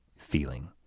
feeling?